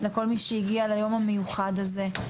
לכל מי שהגיע ליום המיוחד הזה,